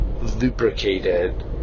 lubricated